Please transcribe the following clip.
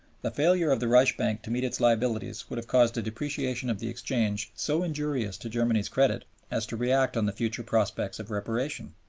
the failure of the reichsbank to meet its liabilities would have caused a depreciation of the exchange so injurious to germany's credit as to react on the future prospects of reparation.